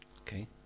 Okay